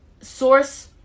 Source